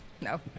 No